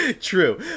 True